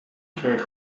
kreeg